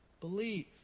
believe